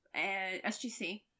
SGC